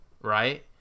right